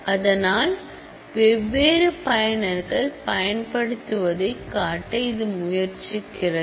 அதனால் வெவ்வேறு பயனர்கள் பயன்படுத்துவதைக் காட்ட இது முயற்சிக்கிறது